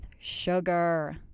sugar